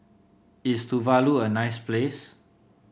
is Tuvalu a nice place